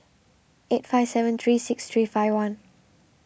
eight five seven three six three five one